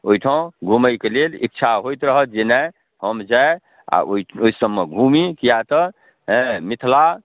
ओहिठाम घुमैके लेल इच्छा होइत रहत जे नहि हम जाइ आओर ओहिसबमे घुमी किएक तऽ हँ मिथिला